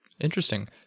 Interesting